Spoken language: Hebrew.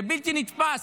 זה בלתי נתפס.